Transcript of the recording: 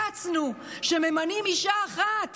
קצנו שממנים אישה אחת